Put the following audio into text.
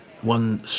One